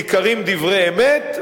ניכרים דברי אמת,